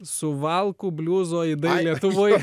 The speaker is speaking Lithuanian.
suvalkų bliuzo idai lietuvoje